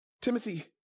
Timothy